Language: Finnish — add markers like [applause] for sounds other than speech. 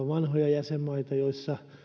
[unintelligible] vanhoja jäsenmaita joissa